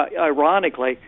Ironically